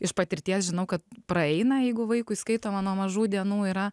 iš patirties žinau kad praeina jeigu vaikui skaitoma nuo mažų dienų yra